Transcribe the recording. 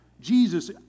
Jesus